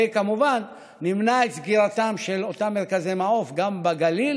וכמובן נמנע את סגירתם של אותם מרכזי מעוף בגליל